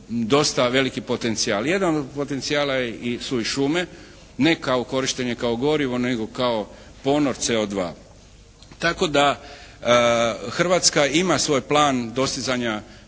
dosta veliki potencijal. Jedan od potencijala su i šume, ne kao korištenje kao gorivo, nego kao ponor CO2. Tako da Hrvatska ima svoj plan dostizanja